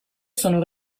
sono